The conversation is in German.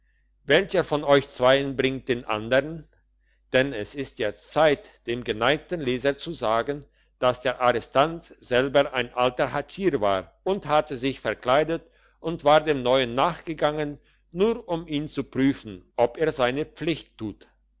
welcher von euch zweien bringt den andern denn es ist jetzt zeit dem geneigten leser zu sagen dass der arrestant selber ein alter hatschier war und hatte sich verkleidet und war dem neuen nachgegangen nur um ihn zu prüfen ob er seine pflicht tut